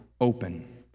open